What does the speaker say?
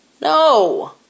No